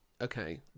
okay